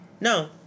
No